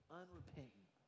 unrepentant